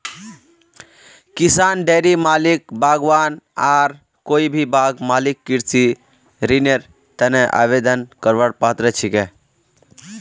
किसान, डेयरी मालिक, बागवान आर कोई भी बाग मालिक कृषि ऋनेर तने आवेदन करवार पात्र छिके